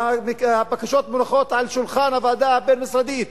והבקשות מונחות על שולחן הוועדה הבין-משרדית,